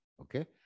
Okay